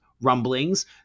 rumblings